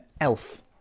Elf